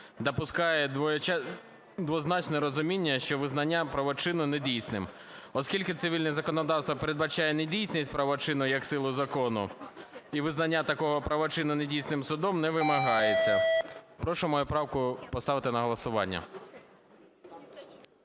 допускає двозначне розуміння, що визнання правочину недійсним. Оскільки цивільне законодавство передбачає недійсність правочину як сили закону і визнання такого правочину недійсним судом не вимагається. Прошу мою правку поставити на голосування.